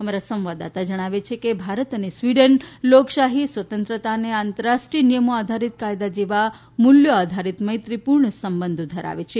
અમારા સંવાદદાતા જણાવે છે કે ભારત સ્વીડન લોકશાહી સ્વતંત્રતા અને આંતરરાષ્ટ્રીય નિયમો આધારીત કાયદા જેવા મૂલ્યો આધારીત મૈત્રીપૂર્ણ સંબંધો ધરાવે છે